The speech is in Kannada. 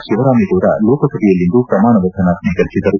ಶಿವರಾಮೇಗೌಡ ಲೋಕಸಭೆಯಲ್ಲಿಂದು ಪ್ರಮಾಣ ವಚನ ಸ್ವೀಕರಿಸಿದರು